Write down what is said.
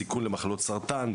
סיכון למחלות סרטן,